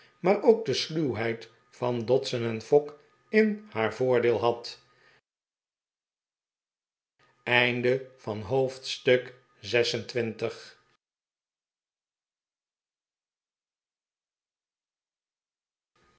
maar ook de sluwheid van dodson en fogg in haar voordeel had